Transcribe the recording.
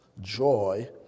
joy